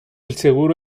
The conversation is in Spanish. seguro